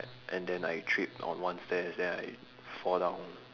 and then I trip on one stairs then I fall down one